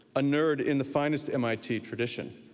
a nerd in the finest mit tradition,